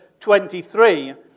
23